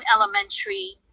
elementary